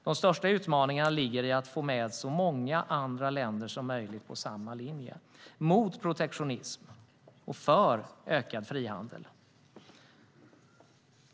De största utmaningarna ligger i att få med så många andra länder som möjligt på samma linje, mot protektionism och för ökad frihandel.